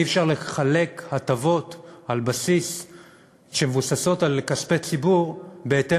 ואי-אפשר לחלק הטבות שמבוססות על כספי ציבור בהתאם